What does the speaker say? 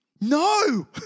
No